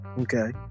Okay